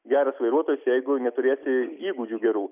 geras vairuotojas jeigu neturėsi įgūdžių gerų